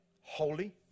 Holy